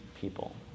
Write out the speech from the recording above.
people